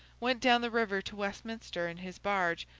went down the river to westminster in his barge,